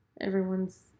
everyone's